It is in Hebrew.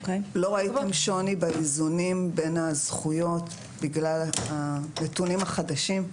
לא ראיתם שוני באיזונים בין הזכויות בגלל הנתונים החדשים,